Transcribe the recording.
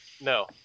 No